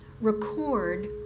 record